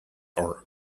are